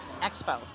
Expo